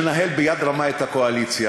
שמנהל ביד רמה את הקואליציה,